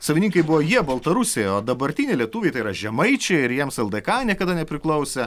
savininkai buvo jie baltarusiai o dabartiniai lietuviai tai yra žemaičiai ir jiems ldk niekada nepriklausė